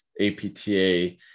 APTA